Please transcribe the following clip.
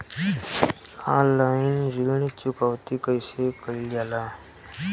Online ऋण चुकौती कइसे कइसे कइल जाला?